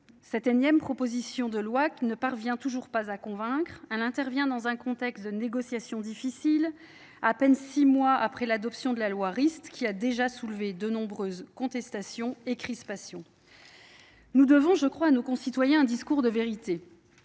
Cette énième proposition de loi, qui ne parvient pas à convaincre, intervient dans un contexte de négociations difficiles, à peine six mois après l’adoption de la loi Rist 2 qui a déjà entraîné de nombreuses contestations et crispations. Nous devons à nos concitoyens un discours de vérité